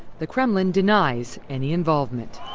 the kremlin denies any involvement.